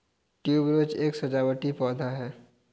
tuberose एक सजावटी पौधा है